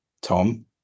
Tom